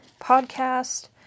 podcast